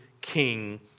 king